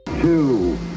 Two